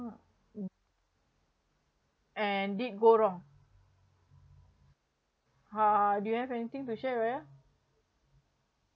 and did go wrong uh do you have anything to share raya